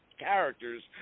characters